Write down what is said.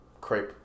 crepe